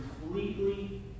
completely